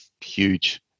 huge